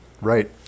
right